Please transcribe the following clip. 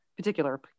particular